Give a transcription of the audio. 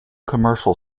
commercial